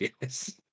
yes